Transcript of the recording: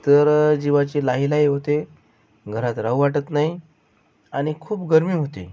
तर जीवाची लाहीलाही होते घरात राहू वाटत नाही आणि खूप गरमी होते